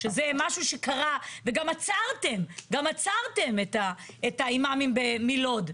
שזה משהו שקרה וגם עצרתם את האימאמים מלוד.